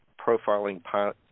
profiling